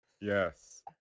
Yes